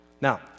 Now